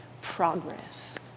progress